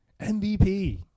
MVP